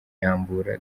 rambura